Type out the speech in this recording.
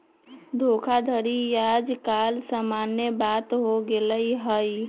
धोखाधड़ी याज काल समान्य बात हो गेल हइ